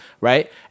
right